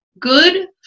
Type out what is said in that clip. Good